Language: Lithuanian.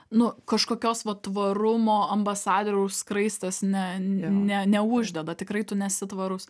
nu kažkokios vat tvarumo ambasadoriaus skraistės ne ne neuždeda tikrai tu nesi tvarus